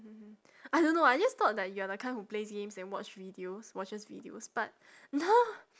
hmm I don't know I just thought that you are the kind who plays games and watch videos watches videos but now